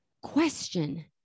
Question